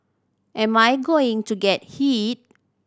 am I going to get hit